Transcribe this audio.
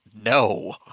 No